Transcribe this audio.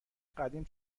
قدیم